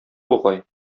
бугай